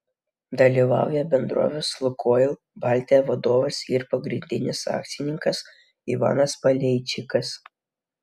dalyvauja bendrovės lukoil baltija vadovas ir pagrindinis akcininkas ivanas paleičikas